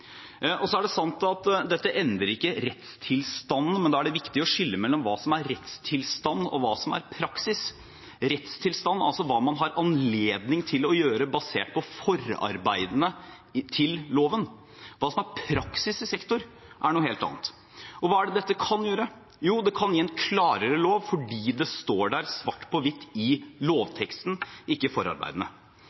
ja. Så er det sant at dette ikke endrer rettstilstanden, men da er det viktig å skille mellom hva som er rettstilstand og hva som er praksis. Rettstilstand er altså hva man har anledning til å gjøre basert på forarbeidene til loven. Hva som er praksis i sektor, er noe helt annet. Hva kan dette gjøre? Jo, det kan gi en klarere lov fordi det står der svart på hvitt i lovteksten, ikke i forarbeidene.